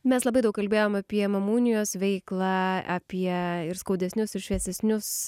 mes labai daug kalbėjom apie mamų unijos veiklą apie ir skaudesnius ir šviesesnius